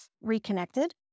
reconnected